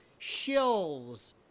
shills